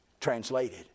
Translated